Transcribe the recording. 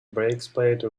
breastplate